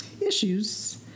issues